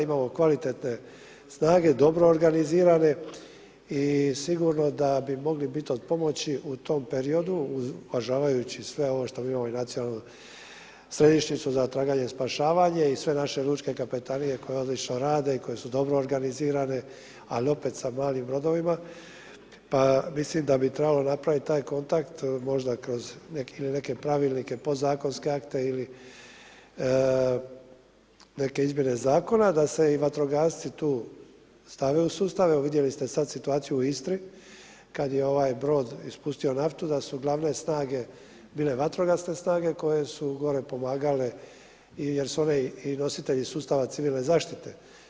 Imamo kvalitetne snage, dobro organizirane i sigurno da bi mogli biti od pomoći u tom periodu uvažavajući sve ovo što mi imamo i nacionalnu središnjicu za traganje i spašavanje i sve naše lučke kapetanije koje odlično rade i koje su dobro organizirane, ali opet sa malim brodovima, pa mislim da bi trebalo napraviti taj kontakt možda kroz neke pravilnike, pod zakonske akte ili neke izmjene zakona, da se i vatrogasci stave u sustave, vidjeli ste sad situaciju u Istri kad je ovaj brod ispustio naftu da su glavne snage bile vatrogasne snage koje su gore pomagale jer su one i nositelji sustava civilne zaštite.